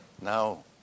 now